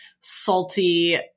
salty